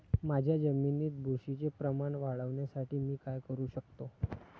माझ्या जमिनीत बुरशीचे प्रमाण वाढवण्यासाठी मी काय करू शकतो?